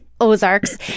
Ozarks